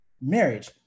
marriage